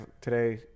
today